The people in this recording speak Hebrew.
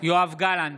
יואב גלנט,